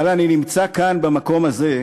אבל אני נמצא כאן, במקום הזה,